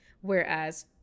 Whereas